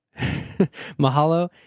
Mahalo